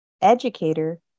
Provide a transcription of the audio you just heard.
educator